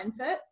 mindset